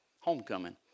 Homecoming